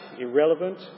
irrelevant